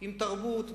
עם תרבות,